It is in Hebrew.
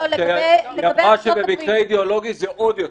היא אמרה שבמקרה אידיאולוגי זה עוד יותר.